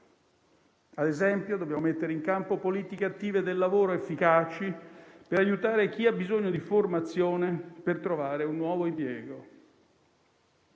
Ad esempio, dobbiamo mettere in campo politiche attive del lavoro efficaci per aiutare chi ha bisogno di formazione per trovare un nuovo impiego.